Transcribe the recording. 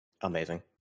Amazing